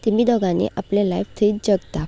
तेमी दोगांयनी आपलें लायफ थंयच जगता